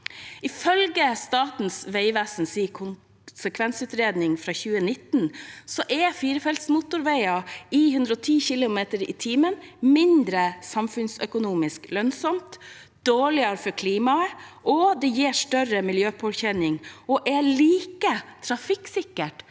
Ifølge Statens vegvesens konsekvensutredning fra 2019 er firefelts motorveier med 110 km/t mindre samfunnsøkonomisk lønnsomme og dårligere for klimaet, og de gir større miljøpåkjenning og er like trafikksikre